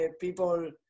people